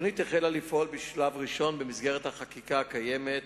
התוכנית החלה לפעול בשלב ראשון במסגרת החקיקה הקיימת,